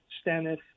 Stennis